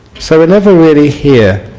so we never really hear,